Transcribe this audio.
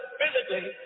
physically